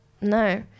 no